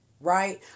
right